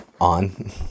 on